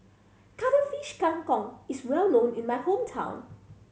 Cuttlefish Kang Kong is well known in my hometown